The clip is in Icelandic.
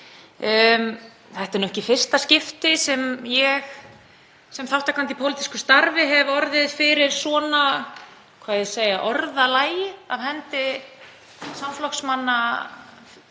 Þetta er nú ekki í fyrsta skipti sem ég sem þátttakandi í pólitísku starfi hef orðið fyrir svona, hvað á að segja, orðalagi af hendi samflokksmanna hv.